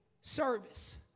service